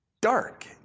dark